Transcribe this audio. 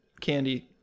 candy